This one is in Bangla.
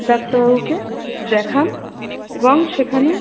ডাক্তারবাবুকে দেখান এবং সেখানে